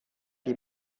die